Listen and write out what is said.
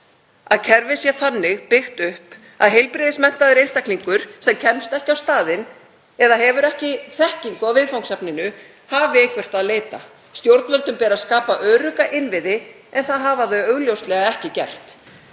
að kerfið sé þannig byggt upp að heilbrigðismenntaður einstaklingur sem kemst ekki á staðinn eða hefur ekki þekkingu á viðfangsefninu hafi eitthvert að leita. Stjórnvöldum ber að skapa örugga innviði en það hafa þau augljóslega ekki gert.